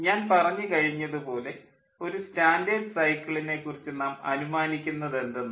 ഞാൻ പറഞ്ഞു കഴിഞ്ഞതു പോലെ ഒരു സ്റ്റാൻഡേർഡ് സൈക്കിളിനെ കുറിച്ച് നാം അനുമാനിക്കുന്നത് എന്തെന്നാൽ